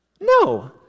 No